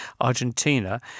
Argentina